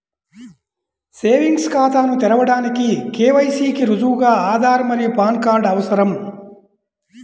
savings ఖాతాను తెరవడానికి KYC కి రుజువుగా ఆధార్ మరియు పాన్ కార్డ్ అవసరం